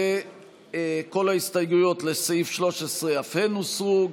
וכל ההסתייגויות לסעיף 13 אף הן הוסרו.